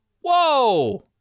Whoa